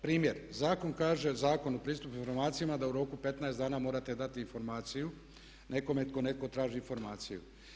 Primjer, zakon kaže, Zakon o pristupu informacijama da u roku 15 dana morate dati informaciju nekome kad netko traži informaciju.